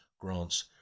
grants